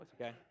okay